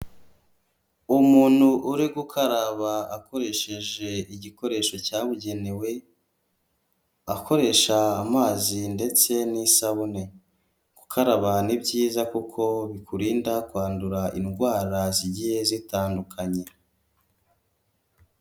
Umuntu uri gukaraba akoresheje igikoresho cyabugenewe akoresha amazi ndetse n'isabune, gukaraba ni byiza kuko bikurinda kwandura indwara zigiye zitandukanye.